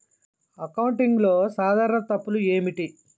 అకౌంటింగ్లో సాధారణ తప్పులు ఏమిటి?